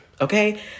okay